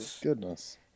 goodness